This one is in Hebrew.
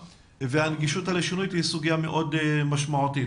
והנגישות הלשונית היא סוגיה מאוד משמעותית.